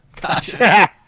Gotcha